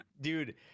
Dude